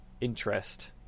interest